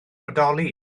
bodoli